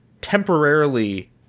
temporarily